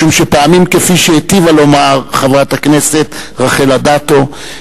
משום שפעמים כפי שהיטיבה לומר חברת הכנסת רחל אדטו,